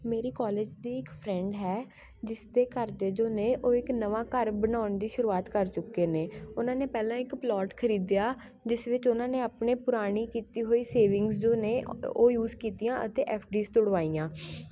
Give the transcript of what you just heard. ਮੇਰੀ ਕੋਲੇਜ ਦੀ ਇੱਕ ਫਰੈਂਡ ਹੈ ਜਿਸਦੇ ਘਰ ਦੇ ਜੋ ਨੇ ਉਹ ਇੱਕ ਨਵਾਂ ਘਰ ਬਣਾਉਣ ਦੀ ਸ਼ੁਰੂਆਤ ਕਰ ਚੁੱਕੇ ਨੇ ਉਹਨਾਂ ਨੇ ਪਹਿਲਾਂ ਇੱਕ ਪਲੋਟ ਖਰੀਦਿਆ ਜਿਸ ਵਿੱਚ ਉਹਨਾਂ ਨੇ ਆਪਣੇ ਪੁਰਾਣੀ ਕੀਤੀ ਹੋਈ ਸੇਵਿੰਗਸ ਜੋ ਨੇ ਉਹ ਯੂਜ ਕੀਤੀਆਂ ਅਤੇ ਐਫ ਡੀਜ ਤੁੜਵਾਈਆਂ